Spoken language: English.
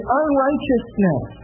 unrighteousness